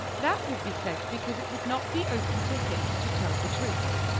that would be said because it would not be open to him to tell the truth.